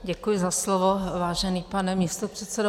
Děkuji za slovo, vážený pane místopředsedo.